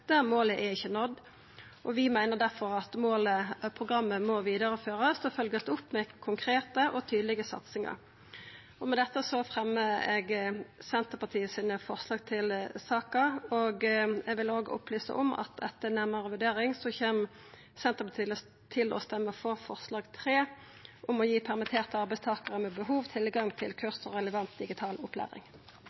er nådd. Vi meiner difor at programmet må vidareførast og følgjast opp med konkrete og tydelege satsingar. Eg vil også opplysa om at etter ei nærmare vurdering kjem Senterpartiet til å stemma for forslag nr. 3 om å gi permitterte arbeidstakarar med behov tilgang til kurs og relevant digital opplæring.